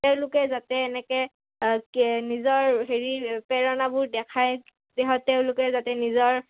তেওঁলোকে যাতে এনেকৈ নিজৰ হেৰি প্ৰেৰণাবোৰ দেখাই তেওঁলোকে যাতে নিজৰ